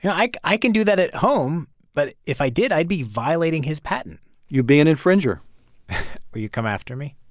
yeah like i can do that at home. but if i did, i'd be violating his patent you'd be an infringer will you come after me?